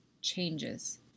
changes